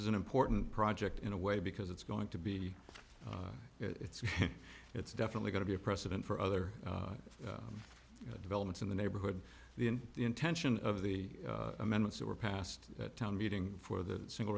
is an important project in a way because it's going to be it's it's definitely going to be a precedent for other developments in the neighborhood the intention of the amendments that were passed that town meeting for the single